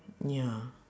ya